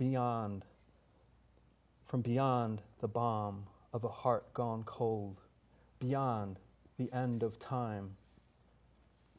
beyond from beyond the bomb of a heart gone cold beyond the end of time